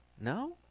No